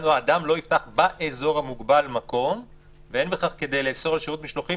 אדם לא יפתח באזור המוגבל מקום ואין בכך כדי לאסור על שירות משלוחים,